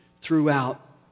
throughout